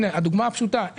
הנה הדוגמה הפשוטה,